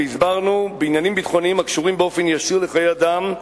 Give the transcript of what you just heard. והסברנו: "בעניינים ביטחוניים הקשורים באופן ישיר לחיי אדם,